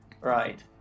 Right